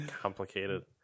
complicated